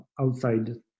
outside